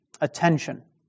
attention